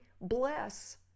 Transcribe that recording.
bless